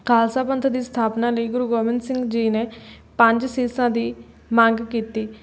ਖਾਲਸਾ ਪੰਥ ਦੀ ਸਥਾਪਨਾ ਲਈ ਗੁਰੂ ਗੋਬਿੰਦ ਸਿੰਘ ਜੀ ਨੇ ਪੰਜ ਸੀਸਾਂ ਦੀ ਮੰਗ ਕੀਤੀ